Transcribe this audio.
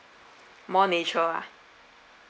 more nature ah